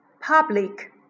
public